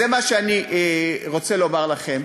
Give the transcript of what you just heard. זה מה שאני רוצה לומר לכם,